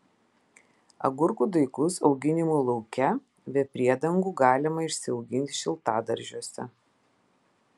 agurkų daigus auginimui lauke be priedangų galima išsiauginti šiltadaržiuose